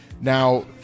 Now